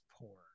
poor